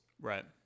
Right